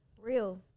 Real